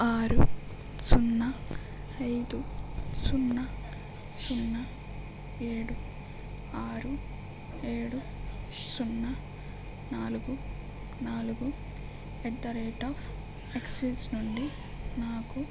ఆరు సున్నా ఐదు సున్నా సున్నా ఏడు ఆరు ఏడు సున్నా నాలుగు నాలుగు at the rate of Axis నుండి నాకు